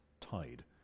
tied